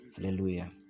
hallelujah